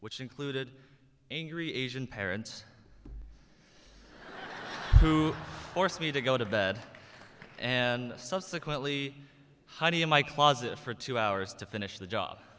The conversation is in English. which included angry asian parents who forced me to go to bed and subsequently honey in my closet for two hours to finish the job